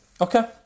Okay